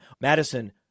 Madison